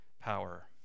power